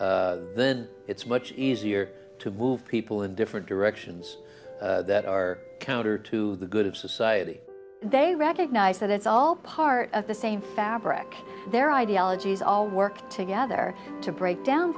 reality then it's much easier to move people in different directions that are counter to the good of society and they recognize that it's all part of the same fabric their ideologies all work together to break down